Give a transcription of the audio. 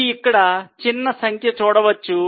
మీరు ఇక్కడ చిన్న సంఖ్య చూడవచ్చు